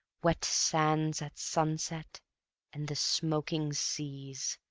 wet sands at sunset and the smoking seas,